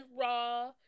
raw